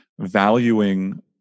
valuing